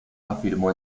afirmó